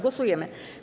Głosujemy.